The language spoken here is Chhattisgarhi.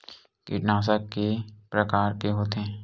कीटनाशक के प्रकार के होथे?